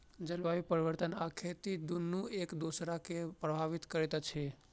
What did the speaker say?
जलवायु परिवर्तन आ खेती दुनू एक दोसरा के प्रभावित करैत अछि